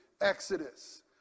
exodus